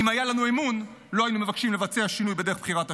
אם היה לנו אמון לא היינו מבקשים לבצע שינוי בדרך בחירת השופטים.